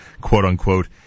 quote-unquote